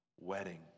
wedding